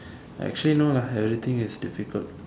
actually no lah everything is difficult